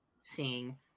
seeing